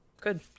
Good